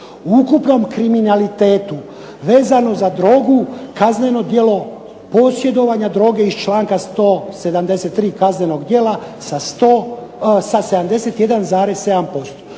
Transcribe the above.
ukupnom kriminalitetu vezano za drogu, kazneno djelo posjedovanja droge iz članka 173. kaznenog djela sa 71,7%".